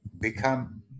Become